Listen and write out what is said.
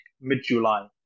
mid-July